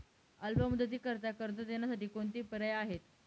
अल्प मुदतीकरीता कर्ज देण्यासाठी कोणते पर्याय आहेत?